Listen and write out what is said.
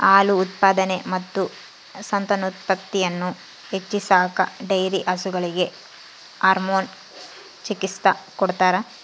ಹಾಲು ಉತ್ಪಾದನೆ ಮತ್ತು ಸಂತಾನೋತ್ಪತ್ತಿಯನ್ನು ಹೆಚ್ಚಿಸಾಕ ಡೈರಿ ಹಸುಗಳಿಗೆ ಹಾರ್ಮೋನ್ ಚಿಕಿತ್ಸ ಕೊಡ್ತಾರ